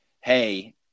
Hey